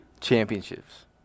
championships